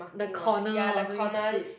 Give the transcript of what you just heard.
the corner or something shit